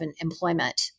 employment